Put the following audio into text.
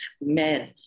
Men